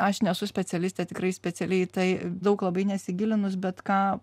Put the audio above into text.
aš nesu specialistė tikrai specialiai į tai daug labai nesigilinus bet ką